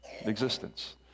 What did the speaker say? existence